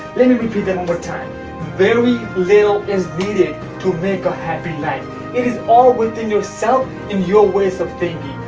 let me repeat that one more time very little is needed to make a happy life it is all within yourself in your ways of thinking.